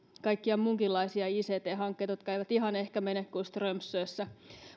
kaikkia muunkinlaisia ict hankkeita jotka eivät ihan ehkä mene kuin strömsössä